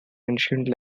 ancient